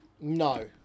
No